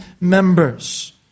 members